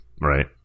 right